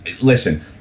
Listen